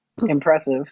impressive